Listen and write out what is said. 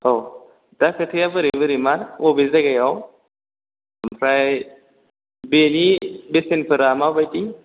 औ दा खोथाया बोरै बोरै मा बबे जायगायाव ओमफ्राय बेनि बेसेनफोरा माबायदि